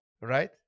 right